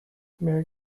merry